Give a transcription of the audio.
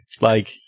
Like-